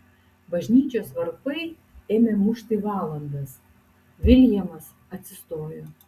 bažnyčios varpai ėmė mušti valandas viljamas atsistojo